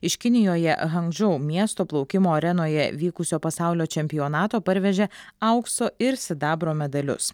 iš kinijoje hangdžou miesto plaukimo arenoje vykusio pasaulio čempionato parvežė aukso ir sidabro medalius